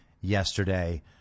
yesterday